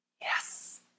yes